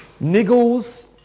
niggles